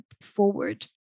forward